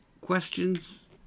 questions